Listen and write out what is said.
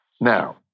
Now